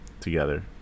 together